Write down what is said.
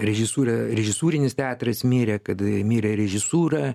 režisūra režisūrinis teatras mirė kad mirė režisūra